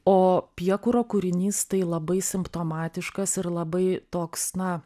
o piekuro kūrinys tai labai simptomatiškas ir labai toks na